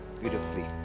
beautifully